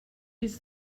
use